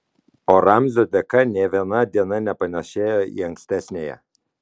o ramzio dėka nė viena diena nepanašėjo į ankstesniąją